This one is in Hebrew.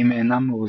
אם אינם מאוזנים.